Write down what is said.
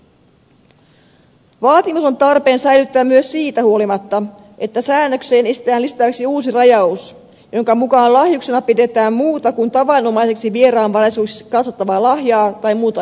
vaatimus on tarpeen säilyttää myös siitä huolimatta että säännökseen esitetään lisättäväksi uusi rajaus jonka mukaan lahjuksena pidetään muuta kuin tavanomaiseksi vieraanvaraisuudeksi katsottavaa lahjaa tai muuta etua